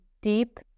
deep